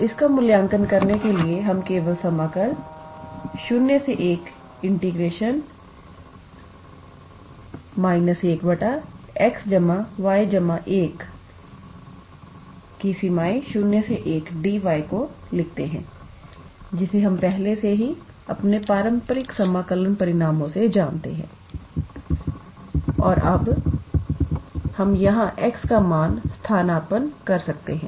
और इसका मूल्यांकन करने के लिए हम केवल समाकल 01− 1 𝑥𝑦1 01𝑑𝑦 को लिखते हैं जिसे हम पहले से ही अपने पारंपरिक समाकलन परिणामों से जानते हैं और अब हम यहाँ x का मान स्थानापन्न कर सकते हैं